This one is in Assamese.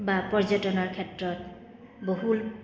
বা পৰ্যটনৰ ক্ষেত্ৰত বহুল